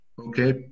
Okay